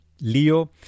Leo